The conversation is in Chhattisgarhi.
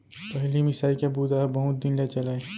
पहिली मिसाई के बूता ह बहुत दिन ले चलय